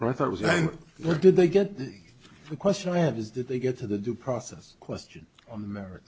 right that was then where did they get the question i have is that they get to the due process question on america